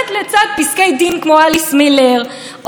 יש הרבה מאוד פסיקות של בג"ץ,